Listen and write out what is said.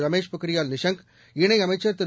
ரமேஷ் பொக்ரியால் நிஷாங் இணை அமைச்சர் திரு